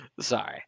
Sorry